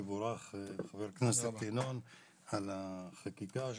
תבורך חבר הכנסת ינון על החקיקה.